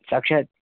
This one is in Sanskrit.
साक्षात्